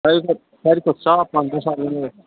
ساروی کھو ساروی کھۄتہٕ صاف پہن مسال ؤنیُو حظ